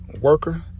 worker